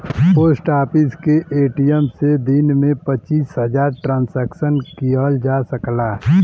post office के ATM से दिन में पचीस हजार ट्रांसक्शन किहल जा सकला